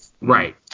Right